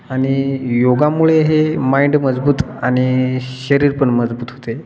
आणि योगामुळे हे माइंड मजबूत आणि शरीर पण मजबूत होते